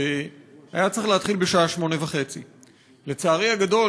שהיה צריך להתחיל בשעה 08:30. לצערי הגדול,